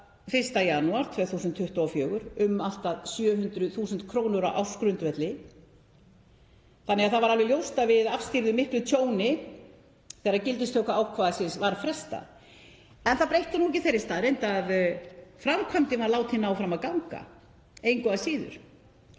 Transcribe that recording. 1. janúar 2024 um allt að 700.000 kr. á ársgrundvelli — þannig að það var alveg ljóst að við afstýrðum miklu tjóni þegar gildistöku ákvæðisins var frestað. En það breytti ekki þeirri staðreynd að framkvæmdin var látin ná fram að ganga engu að síður,